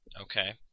Okay